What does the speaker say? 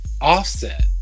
Offset